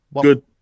Good